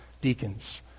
deacons